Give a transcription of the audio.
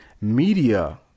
media